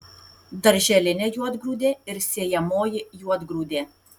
darželinė juodgrūdė ir sėjamoji juodgrūdė